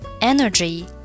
energy